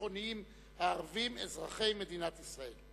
הביטחוניים הערבים אזרחי מדינת ישראל.